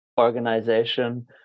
organization